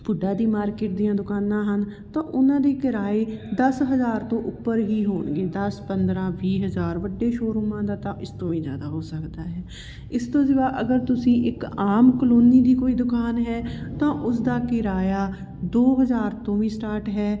ਪੁੱਡਾ ਦੀ ਮਾਰਕੀਟ ਦੀਆਂ ਦੁਕਾਨਾਂ ਹਨ ਤਾਂ ਉਹਨਾਂ ਦੇ ਕਿਰਾਏ ਦਸ ਹਜ਼ਾਰ ਤੋਂ ਉੱਪਰ ਹੀ ਹੋਣਗੇ ਦਸ ਪੰਦਰਾਂ ਵੀਹ ਹਜ਼ਾਰ ਵੱਡੇ ਸ਼ੋ ਰੂਮਾਂ ਦਾ ਤਾਂ ਉਸ ਤੋਂ ਵੀ ਜ਼ਿਆਦਾ ਹੋ ਸਕਦਾ ਹੈ ਇਸ ਤੋਂ ਸਿਵਾ ਅਗਰ ਤੁਸੀਂ ਇੱਕ ਆਮ ਕਲੋਨੀ ਦੀ ਕੋਈ ਦੁਕਾਨ ਹੈ ਤਾਂ ਉਸ ਦਾ ਕਿਰਾਇਆ ਦੋ ਹਜ਼ਾਰ ਤੋਂ ਵੀ ਸਟਾਰਟ ਹੈ